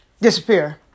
disappear